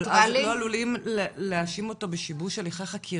אבל לא עלולים להאשים אותו בשיבוש הליכי חקירה?